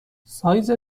سایز